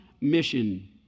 Mission